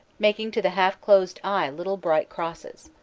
making to the half-closed eye little bright crosses.